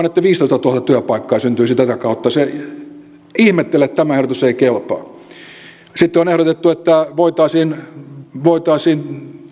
että viisitoistatuhatta työpaikkaa syntyisi tätä kautta ihmettelen että tämä ehdotus ei kelpaa sitten on ehdotettu että voitaisiin voitaisiin